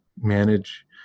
manage